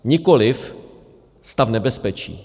Nikoliv stav nebezpečí.